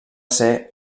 ser